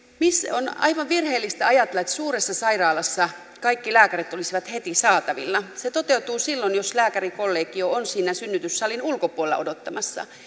on aivan virheellistä ajatella että suuressa sairaalassa kaikki lääkärit olisivat heti saatavilla se toteutuu silloin jos lääkärikollegio on siinä synnytyssalin ulkopuolella odottamassa